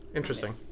Interesting